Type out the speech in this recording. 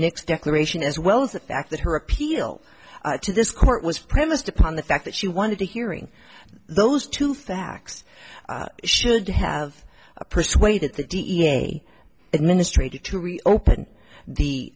nix declaration as well as the fact that her appeal to this court was premised upon the fact that she wanted to hearing those two facts should have persuaded the d n a administrator to reopen the